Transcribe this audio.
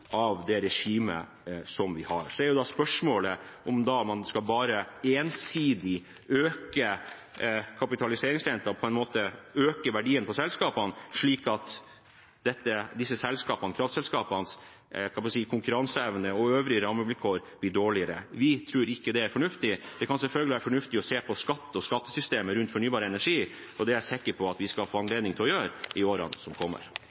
av det regimet vi har. Så er spørsmålet om man bare ensidig skal øke kapitaliseringsrenten og på en måte øke verdien på selskapene, slik at disse kraftselskapenes konkurranseevne og øvrige rammevilkår blir dårligere. Vi tror ikke det er fornuftig. Det kan selvfølgelig være fornuftig å se på skatt og skattesystemet rundt fornybar energi, og det er jeg sikker på at vi skal få anledning til å gjøre i årene som kommer.